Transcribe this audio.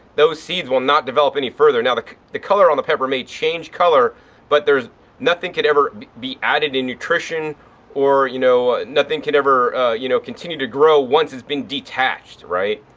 those seeds will not develop any further. now the the color on the pepper may change color but there's nothing could ever be added in nutrition or, you know, nothing could ever you know continue to grow once it's been detached, right.